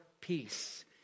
peace